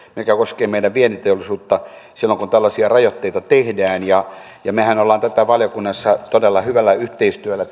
joka koskee meidän vientiteollisuuttamme silloin kun tällaisia rajoitteita tehdään mehän olemme tätä mietintöä valiokunnassa todella hyvällä yhteistyöllä